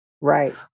Right